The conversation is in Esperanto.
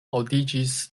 aŭdiĝis